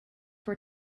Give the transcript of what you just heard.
were